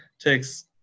takes